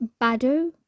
Badu